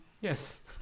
Yes